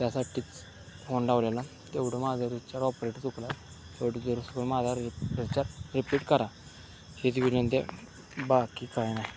त्यासाठी फोन डावलेला तेवढं माझ्या रिक्चार ऑपरेट चुकला तेवढी दोन माझ्या रिपार रिपीट करा हे ती करून ते बाकी काय नाय